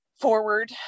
forward